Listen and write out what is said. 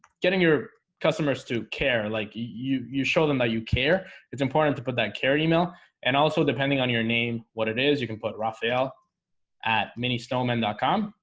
getting your customers to care like you you show them that you care it's important to put that care email and also depending on your name what it is. you can put raffaele at mini stoneman com,